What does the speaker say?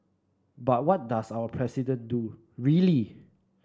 but what does our President do really